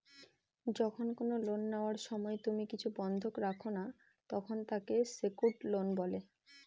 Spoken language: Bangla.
যখন কোনো লোন নেওয়ার সময় তুমি কিছু বন্ধক রাখো না, তখন তাকে সেক্যুরড লোন বলে